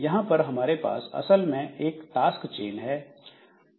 यहां पर हमारे पास असल में एक टास्क चेन है